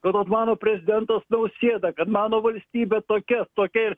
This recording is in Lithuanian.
kad vat mano prezidentas nausėda kad mano valstybė tokia tokia ir